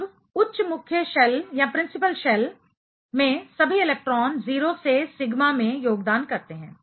अब उच्च मुख्य शेल प्रिंसिपल शेल में सभी इलेक्ट्रॉन 0 से सिग्मा में योगदान करते हैं